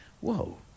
Whoa